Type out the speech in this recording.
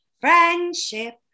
Friendship